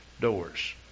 doors